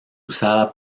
usada